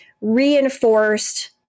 reinforced